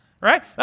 Right